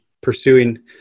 pursuing